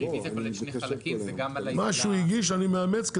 מה שהוא הגיש אני מאמץ.